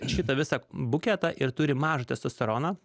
šitą visą buketą ir turi mažą testosteroną